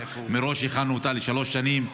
מראש הכנו אותה לשלוש שנים,